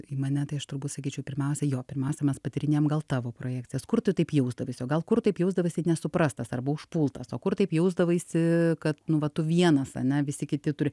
į mane tai aš turbūt sakyčiau pirmiausia jo pirmiausia mes patyrinėjam gal tavo projekcija kur tu taip jausdavais o gal kur taip jausdavaisi nesuprastas arba užpultas o kur taip jausdavaisi kad nu va tu vienas ane visi kiti turi